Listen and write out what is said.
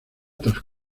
tras